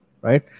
right